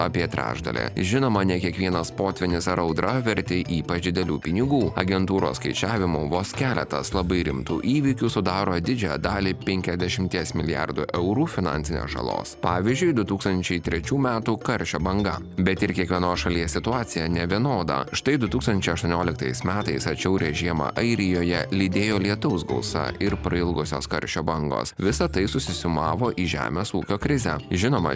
apie trečdalį žinoma ne kiekvienas potvynis ar audra verti ypač didelių pinigų agentūros skaičiavimu vos keletas labai rimtų įvykių sudaro didžiąją dalį penkiadešimties milijardų eurų finansinės žalos pavyzdžiui du tūkstančiai trečių metų karšio banga bet ir kiekvienos šalies situacija nevienoda štai du tūkstančiai aštuonioliktais metais atšiaurią žiemą airijoje lydėjo lietaus gausa ir prailgusios karščio bangos visa tai susisiumavo į žemės ūkio krizę žinoma